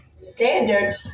Standard